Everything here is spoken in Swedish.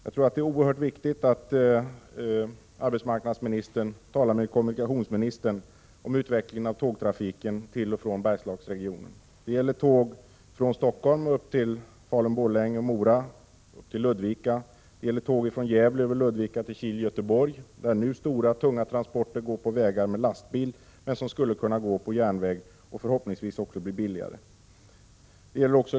Det är oerhört viktigt att arbetsmarknadsministern talar med kommunikationsministern om utvecklingen av tågtrafiken till och från Bergslagsregionen. Det gäller tåg från Stockholm upp till Falun/Borlänge och Mora, tåg till Ludvika och tåg från Gävle över Ludvika och Kil till Göteborg, där nu stora tunga transporter går på landsvägar med lastbil, transporter som skulle kunna gå på järnväg, vilket förhoppningsvis också skulle bli billigare.